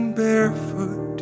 barefoot